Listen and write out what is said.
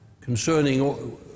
concerning